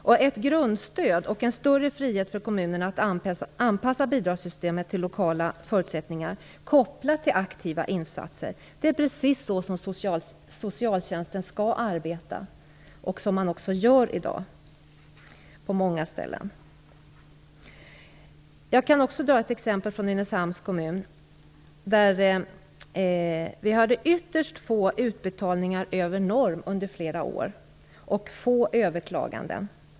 Att ha ett grundstöd och samtidigt en större frihet för kommunerna att anpassa bidragssystemet till lokala förutsättningar kopplat till aktiva insatser - det är precis så socialtjänsten skall arbeta, och det är också vad som på många ställen sker i dag. Också jag vill nämna ett exempel. Vi hade i Nynäshamns kommun under flera år ytterst få utbetalningar över norm och få överklaganden.